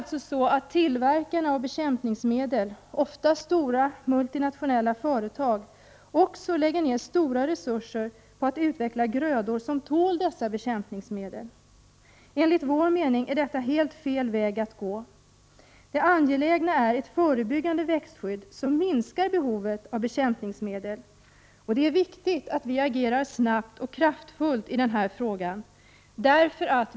Tillverkarna av bekämpningsmedel, ofta stora multinationella företag, lägger ner stora resurser på att utveckla grödor som tål dessa bekämpningsmedel. Enligt vår mening är detta helt fel väg att gå. Det angelägna är ett förebyggande växtskydd som minskar behovet av bekämpningsmedel. Det är viktigt att vi agerar snabbt och kraftfullt i den här frågan.